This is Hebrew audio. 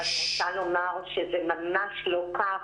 זה ממש לא כך,